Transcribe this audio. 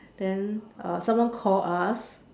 then uh someone call us